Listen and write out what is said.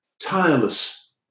tireless